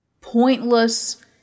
pointless